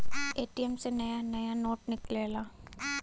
ATM से नया नया नोट निकलेला